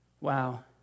Wow